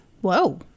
Whoa